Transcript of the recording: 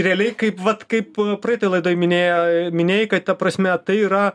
realiai kaip vat kaip praeitoj laidoj minėjo minėjai kad ta prasme tai yra